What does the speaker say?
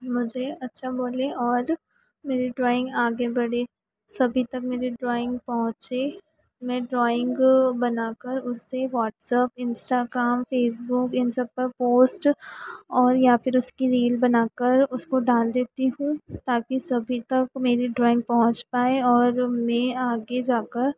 मुझे अच्छा बोलें और मेरी ड्राइंग आगे बढ़े सभी तक मेरी ड्राइंग पहुँचे मैं ड्राइंग बनाकर उसे व्हाट्सअप इन्स्टाग्राम फेसबुक इन सब पर पोस्ट और या फिर उसकी रील बनाकर उसको डाल देती हूँ ताकी सभी तक मेरी ड्राइंग पहुँच पाए और में आगे जाकर